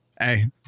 hey